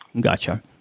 Gotcha